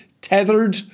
tethered